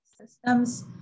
systems